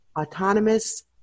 autonomous